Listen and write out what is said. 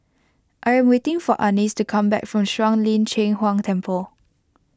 I am waiting for Annis to come back from Shuang Lin Cheng Huang Temple